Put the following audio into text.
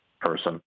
person